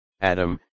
Adam